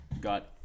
got